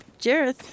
Jareth